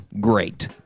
great